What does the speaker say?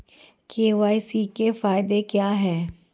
KYC के फायदे क्या है?